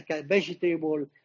vegetable